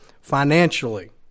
financially